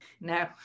No